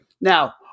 Now